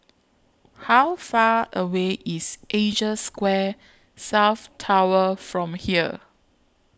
How Far away IS Asia Square South Tower from here